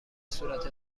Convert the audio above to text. صورت